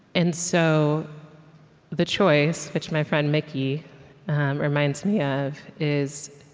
and so the choice, which my friend micky reminds me of, is,